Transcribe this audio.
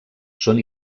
són